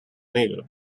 negro